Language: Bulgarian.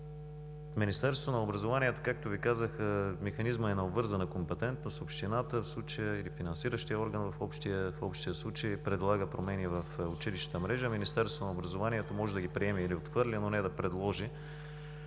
Министерството на образованието и науката, както Ви казах, механизмът на обвързана компетентност, в случая общината или финансиращият орган, в общия случай предлага промени в училищната мрежа. Министерството на образованието и науката може да ги приеме или отхвърли, но не да предложи.